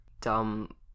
dumb